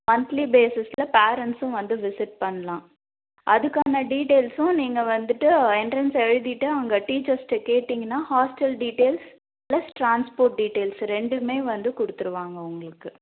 monthly பேசிஸில் பேரண்ட்ஸும் வந்து விசிட் பண்ணலாம் அதுக்கான டீட்டெயில்ஸும் நீங்கள் வந்துட்டு எண்ட்ரன்ஸ் எழுதிட்டு அங்கே டீச்சர்ஸ்டே கேட்டீங்கன்னால் hostel details plus transport details ரெண்டுமே வந்து கொடுத்துருவாங்க உங்களுக்கு